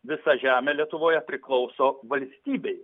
visa žemė lietuvoje priklauso valstybei